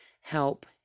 help